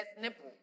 nipple